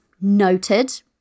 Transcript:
noted